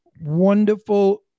wonderful